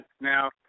Now